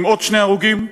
עם שני הרוגים.